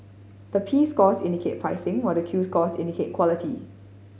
the P scores indicate pricing while the Q scores indicate quality